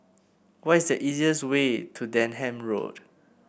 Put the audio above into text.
what is the easiest way to Denham Road